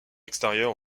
extérieures